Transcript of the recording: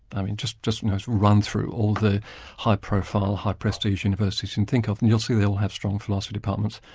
just just run through all the high-profile, high prestige university you can think of, and you'll see they all have strong philosophy departments.